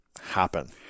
happen